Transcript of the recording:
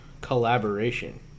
collaboration